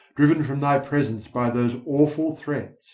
driven from thy presence by those awful threats,